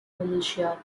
militia